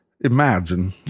imagine